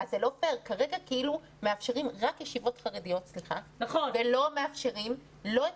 כרגע מאפשרים רק ישיבות חרדיות ולא מאפשרים לא את